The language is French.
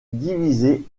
divisé